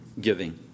giving